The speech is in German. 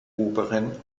oberen